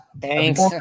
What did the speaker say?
Thanks